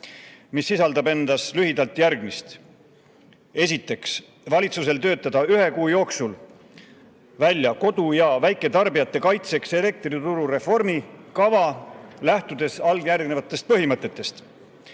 mis sisaldab endas lühidalt järgmist. Valitsusel töötada ühe kuu jooksul välja kodu- ja väiketarbijate kaitseks elektrituru reformi kava, lähtudes alljärgnevatest põhimõtetest.